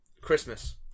Christmas